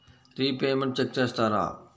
Repayments check చేస్తారా?